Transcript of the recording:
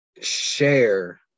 share